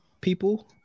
people